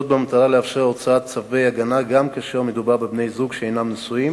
במטרה לאפשר הוצאת צווי הגנה גם כאשר מדובר בבני-זוג שאינם נשואים